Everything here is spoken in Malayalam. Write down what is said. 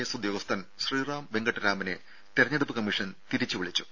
എസ് ഉദ്യോഗസ്ഥൻ ശ്രീറാം വെങ്കിട്ട രാമനെ തെരഞ്ഞെടുപ്പ് കമ്മീഷൻ തിരിച്ച് വിളിച്ചു